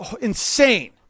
insane